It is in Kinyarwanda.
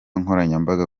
nkoranyambaga